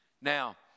Now